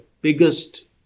biggest